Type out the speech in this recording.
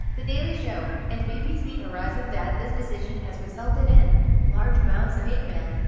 the daily show, and bbc horizon that this decision has resulted in large amounts of hate mail,